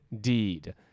Deed